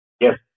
Yes